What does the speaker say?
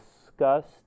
discussed